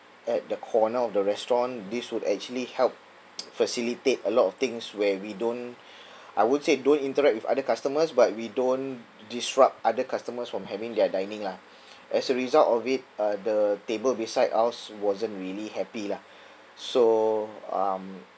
at the corner of the restaurant this would actually help facilitate a lot of things where we don't I won't say don't interact with other customers but we don't disrupt other customers from having their dining lah as a result of it uh the table beside us wasn't really happy lah so um